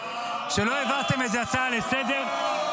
הוא שלא העברתם איזו הצעה לסדר-היום,